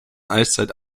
eiszeit